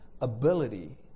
ability